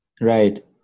Right